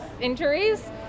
injuries